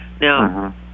Now